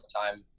time